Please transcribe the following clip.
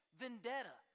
vendetta